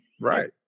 Right